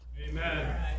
Amen